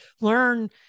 learn